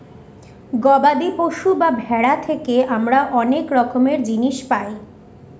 গবাদি পশু বা ভেড়া থেকে আমরা অনেক রকমের জিনিস পায়